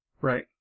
Right